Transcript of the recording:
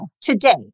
today